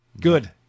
Good